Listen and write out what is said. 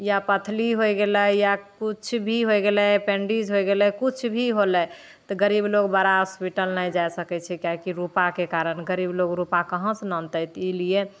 या पथली हो गेलै या किछु भी हो गेलै अपेडिन्क्स हो गेलै किछु भी होलै तऽ गरीब लोक बड़ा हॉस्पिटल नहि जा सकै छिकै काहे कि रुपाके कारण गरीब लोक रुपा कहाँसे आनतै तऽ ई लिए